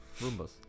Roombas